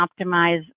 optimize